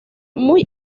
muy